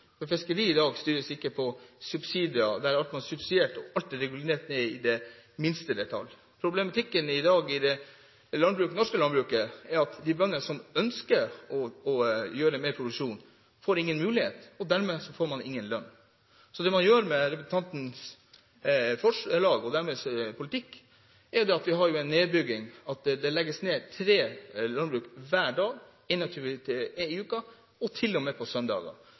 måten fiskeri styres på. Fiskeri i dag styres ikke ved subsidier, der alt er subsidiert og regulert ned til minste detalj. Problemet i dag i det norske landbruket er at de bønder som ønsker mer produksjon, får ingen mulighet, og dermed får man ingen lønn. Det man gjør med representantens forslag og politikk, er en nedbygging. Det legges ned tre landbruk hver dag, 21 i uka, og til og med på